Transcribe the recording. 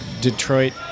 Detroit